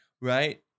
right